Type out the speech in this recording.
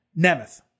Nemeth